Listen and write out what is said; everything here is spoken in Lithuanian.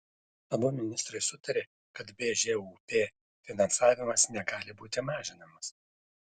abu ministrai sutarė kad bžūp finansavimas negali būti mažinamas